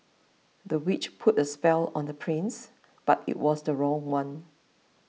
the witch put a spell on the prince but it was the wrong one